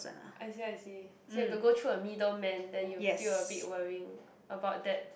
I see I see so you've to go through a middleman then you feel a bit worrying about that